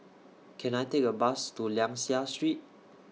Can I Take A Bus to Liang Seah Street